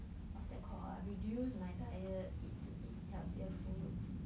what's that called ah reduced my diet eat eat healthier food